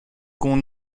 qu’on